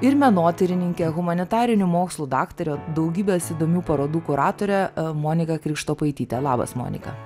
ir menotyrininke humanitarinių mokslų daktare daugybės įdomių parodų kuratore monika krikštopaityte labas monika